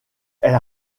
elle